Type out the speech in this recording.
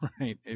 right